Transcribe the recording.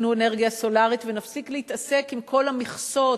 יקנו אנרגיה סולרית ונפסיק להתעסק עם כל המכסות